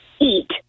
eat